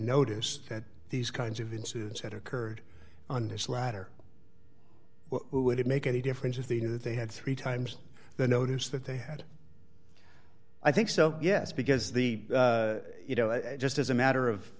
noticed that these kinds of incidents had occurred on his ladder well who would it make any difference if they knew that they had three times the notice that they had i think so yes because the you know just as a matter of